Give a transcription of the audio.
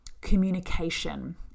communication